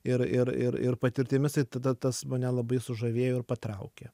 ir ir ir ir patirtimis ir tada tas mane labai sužavėjo ir patraukė